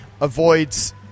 avoids